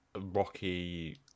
rocky